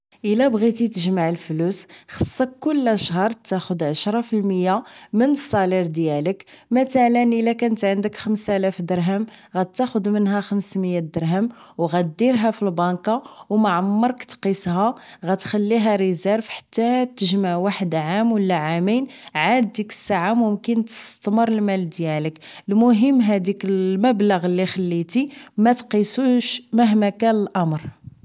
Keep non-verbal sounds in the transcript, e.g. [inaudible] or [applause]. الا بغيتي تجمع الفلوس خصك كل شهر تاخد عشرة فالمية من السالير ديالك مثلا الا كانت عندك خمسة الاف درهم غتاخد منها خمسمية درهم و غديرها فالبنكة و معمرك تقيسها غتخليها رزيرف حتى تجمع واحد عام و لا عامين عاد ديك الساعة ممكن تستتمر المال ديالك المهم هديك [hesitation] المبلغ اللي خليتي ماتقيسوش مهما كان الامر